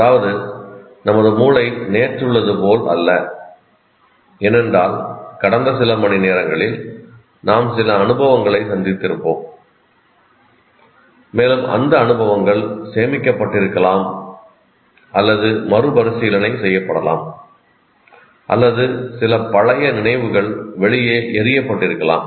அதாவது நமது மூளை நேற்றுள்ளதுபோல் அல்ல ஏனென்றால் கடந்த சில மணிநேரங்களில் நாம் சில அனுபவங்களைச் சந்தித்திருப்போம் மேலும் அந்த அனுபவங்கள் சேமிக்கப்பட்டிருக்கலாம் அல்லது மறுபரிசீலனை செய்யப்படலாம் அல்லது சில பழைய நினைவுகள் வெளியே எறியப்பட்டிருக்கலாம்